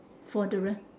for the rest